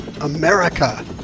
America